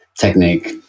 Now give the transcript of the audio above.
technique